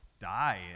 die